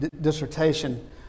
dissertation